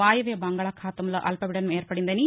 వాయువ్య బంగాళాఖాతంలో అల్పపీడనం ఏర్పడిందని